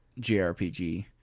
jrpg